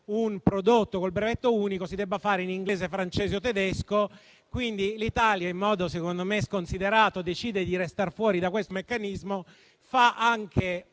un prodotto con il brevetto unico, si debba fare in inglese, francese o tedesco. Quindi l'Italia - in modo secondo me sconsiderato - decide di restar fuori da questo meccanismo; fa anche